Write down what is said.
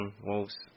Wolves